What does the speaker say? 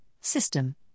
system